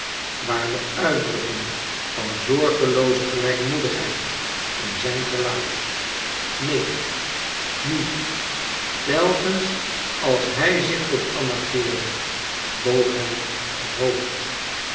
waar de uitdrukking van zorgelooze gelijkmoedigheid in zijn gelaat neen nu telkens als hij zich tot anna keerde boog hij het hoofd